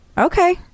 Okay